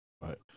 Right